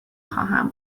خواهم